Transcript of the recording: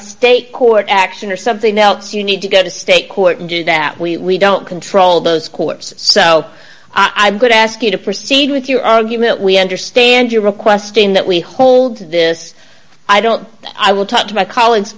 state court action or something else you need to go to state court and that we don't control those course south i'm going to ask you to proceed with your argument we understand you're requesting that we hold this i don't i will talk to my colle